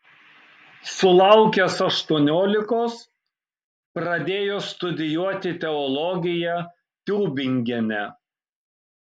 sulaukęs aštuoniolikos pradėjo studijuoti teologiją tiubingene